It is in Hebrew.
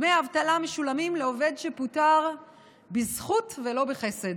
דמי האבטלה משולמים לעובד שפוטר בזכות ולא בחסד.